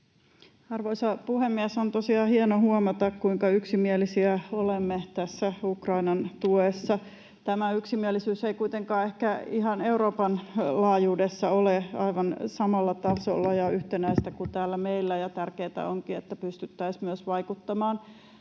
Arvoisa puhemies! On tosiaan hienoa huomata, kuinka yksimielisiä olemme tässä Ukrainan tuessa. Tämä yksimielisyys ei kuitenkaan ehkä ihan Euroopan laajuudessa ole aivan samalla tasolla ja yhtenäistä kuin täällä meillä, ja tärkeätä onkin, että pystyttäisiin myös vaikuttamaan